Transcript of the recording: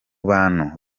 bantu